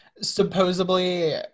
supposedly